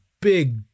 big